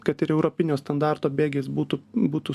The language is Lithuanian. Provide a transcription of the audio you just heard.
kad ir europinio standarto bėgiais būtų būtų